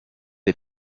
des